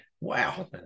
Wow